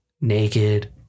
Naked